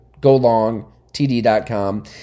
golongtd.com